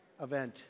event